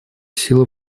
сила